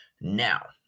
Now